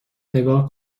نگاه